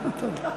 תודה.